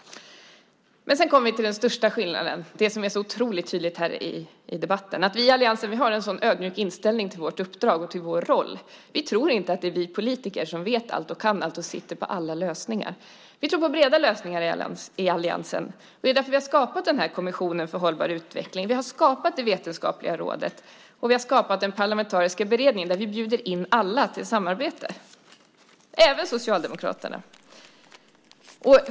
Sedan kommer vi till den största skillnaden, som är otroligt tydlig här i debatten, nämligen att vi i alliansen har en ödmjuk inställning till vårt uppdrag och vår roll. Vi tror inte att vi politiker vet och kan allt och sitter på alla lösningar. Vi tror på breda lösningar i alliansen. Det är därför vi har skapat Kommissionen för hållbar utveckling. Det är därför vi har skapat det vetenskapliga rådet och den parlamentariska beredning där vi bjuder in alla till samarbete, även Socialdemokraterna.